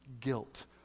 guilt